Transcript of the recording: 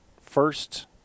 first